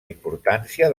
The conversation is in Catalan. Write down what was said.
importància